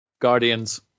Guardians